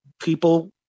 people